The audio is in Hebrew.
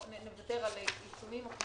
נוותר על עיצומים או קנסות,